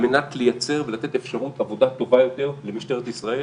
על מנת לייצר ולתת אפשרות עבודה טובה יותר למשטרת ישראל.